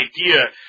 idea